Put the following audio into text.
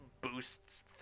boosts